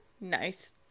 nice